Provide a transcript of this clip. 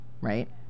right